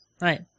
Right